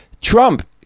Trump